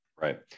Right